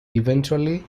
eventually